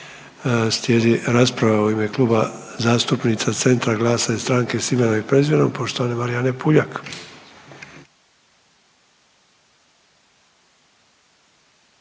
Slijedi rasprava u ime Kluba zastupnica CENTRA, GLAS-a i Stranke sa imenom i prezimenom poštovane Marijane Puljak.